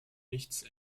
nichts